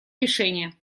решения